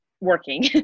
working